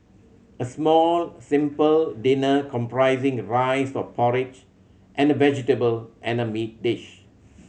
a small simple dinner comprising rice or porridge and vegetable and meat dish